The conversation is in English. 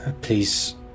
please